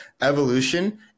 evolution